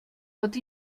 pot